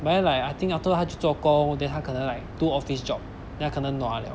but then like I think after 他去做工 then 他可能 like do office job then 他可能 nua liao